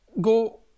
go